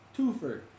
Twofer